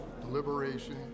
deliberation